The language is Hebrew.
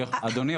אדוני,